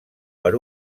per